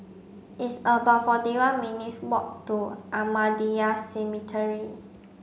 it's about forty one minutes' walk to Ahmadiyya Cemetery